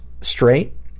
straight